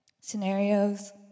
scenarios